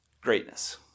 greatness